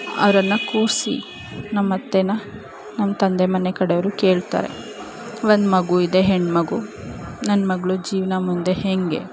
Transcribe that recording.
ಅವ್ರನ್ನು ಕೂರಿಸಿ ನಮ್ಮ ಅತ್ತೆನ ನಮ್ಮ ತಂದೆ ಮನೆ ಕಡೆಯವ್ರು ಕೇಳ್ತಾರೆ ಒಂದು ಮಗು ಇದೆ ಹೆಣ್ಣು ಮಗು ನನ್ನ ಮಗ್ಳ ಜೀವನ ಮುಂದೆ ಹೇಗೆ